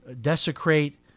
desecrate